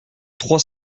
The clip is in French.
trois